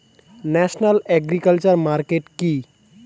National agriculture market কি?